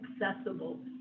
accessible